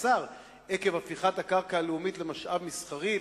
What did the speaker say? הקצר עקב הפיכת הקרקע הלאומית למשאב מסחרי,